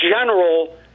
General